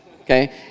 okay